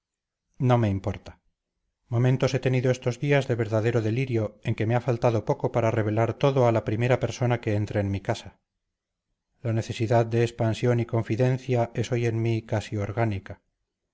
no me importa momentos he tenido estos días de verdadero delirio en que me ha faltado poco para revelar todo a la primera persona que entre en mi casa la necesidad de expansión y confidencia es hoy en mí casi orgánica